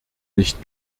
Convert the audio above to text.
nicht